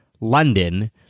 London